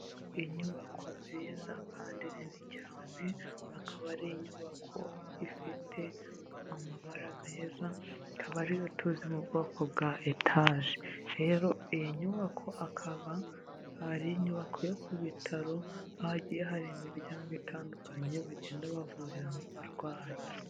Inyubako nziza kandi nini cyane, akaba ari inyubako ifite amabara meza, akaba ari yo tuzi mu bwoko bwa etaje. Rero iyo nyubako akaba ari inyubako yo ku bitaro aho hagiye hari imiryango itandukanye bagenda bavuriramo abarwayi.